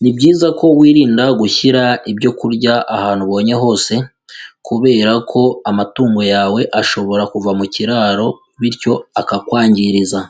Ni byiza ko wirinda gushyira ibyo kurya ahantu ubonye hose, kubera ko amatungo yawe ashobora kuva mu kiraro bityo akakwangiriza.